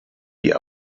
die